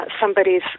somebody's